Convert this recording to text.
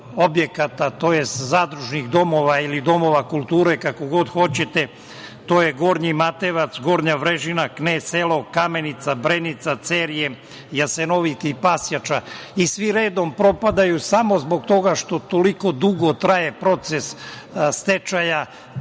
objekata, tj. zadružnih domova ili domova kulture, kako god hoćete, to je Gornji Matejevac, Gornja Vrežina, Knez Selo, Kamenica, Brenica, Cerje, Jasenovik i Pasjača i svi redom propadjau samo zbog toga što toliko traje proces stečaja